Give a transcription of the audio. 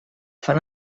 fan